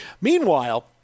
Meanwhile